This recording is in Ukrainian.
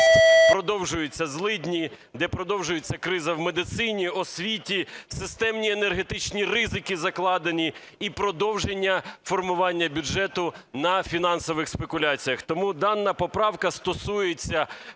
продовжуються злидні, де продовжується криза в медицині, освіті, системні енергетичні ризики закладені і продовження формування бюджету на фінансових спекуляціях. Тому дана поправка стосується